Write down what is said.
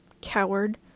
Coward